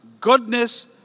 goodness